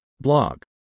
blog